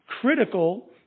critical